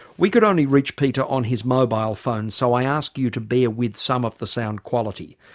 we could only reach peter on his mobile phone so i ask you to bear with some of the sound quality.